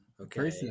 Okay